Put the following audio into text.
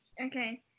Okay